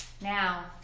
Now